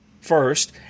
first